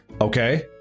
Okay